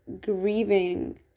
grieving